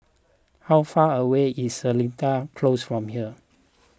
how far away is Seletar Close from here